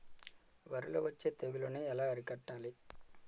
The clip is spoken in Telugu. వరిలో వచ్చే తెగులని ఏలా అరికట్టాలి?